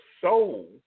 soul